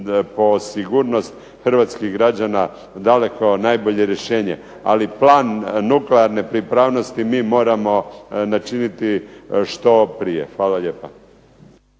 po sigurnost hrvatskih građana daleko najbolje rješenje. Ali plan nuklearne pripravnosti mi moramo načiniti što prije. Hvala lijepa.